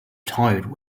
tired